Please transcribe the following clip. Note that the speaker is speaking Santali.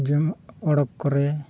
ᱡᱚᱢ ᱚᱲᱟᱜ ᱠᱚᱨᱮ